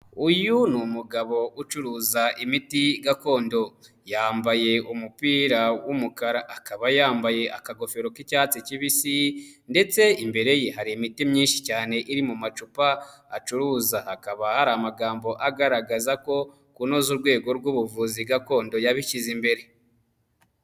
Uyu ni umugabo ucuruza imiti gakondo, yambaye umupira w'umukara akaba yambaye akagofero k'icyatsi kibisi ndetse imbere ye hari imiti myinshi cyane iri mu macupa acuruza, hakaba hari amagambo agaragaza ko kunoza urwego rw'ubuvuzi gakondo yabishyize imbere.